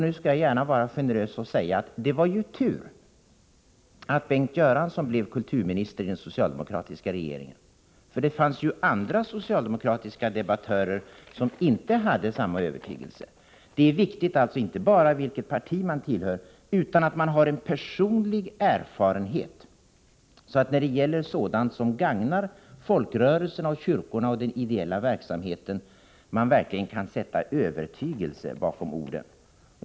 Nu skall jag gärna vara generös och säga att det var tur att Bengt Göransson blev kulturminister i den socialdemokratiska regeringen, för det finns ju andra socialdemokratiska debattörer som inte hade samma övertygelse. Det är viktigt inte bara vilket parti man tillhör utan också att man har en personlig erfarenhet, så att man när det gäller sådant som gagnar folkrörelserna och kyrkorna och den ideella verksamheten verkligen kan sätta övertygelse bakom orden.